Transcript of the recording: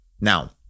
Now